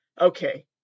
Okay